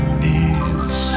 knees